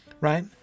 right